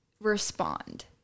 respond